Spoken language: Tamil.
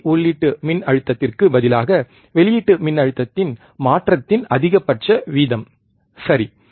படி உள்ளீட்டு மின் அழுத்தத்திற்கு பதிலாகவெளியீட்டு மின்னழுத்தத்தின் மாற்றத்தின் அதிகபட்ச வீதம் சரி